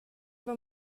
were